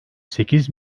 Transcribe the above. sekiz